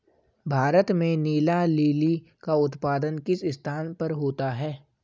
भारत में नीला लिली का उत्पादन किस स्थान पर होता है?